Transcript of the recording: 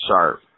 sharp